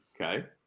Okay